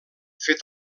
fet